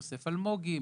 יוסף אלמוגי,